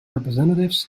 representatives